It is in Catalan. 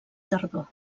tardor